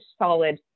solid